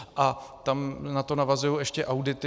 A tam na to navazují ještě audity.